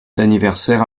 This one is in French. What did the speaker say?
d’anniversaire